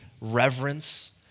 reverence